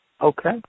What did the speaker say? Okay